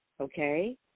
Okay